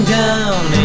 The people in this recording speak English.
down